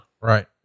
Right